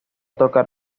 tocar